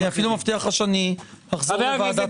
אני מבטיח לך שאחזור אחרי כן לוועדת חוקה.